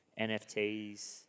NFTs